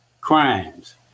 crimes